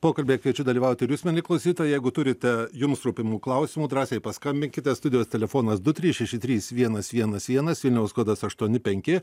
pokalbyje kviečiu dalyvauti ir jūs mieli klausytojai jeigu turite jums rūpimų klausimų drąsiai paskambinkite studijos telefonas du trys šeši trys vienas vienas vienas vilniaus kodas aštuoni penki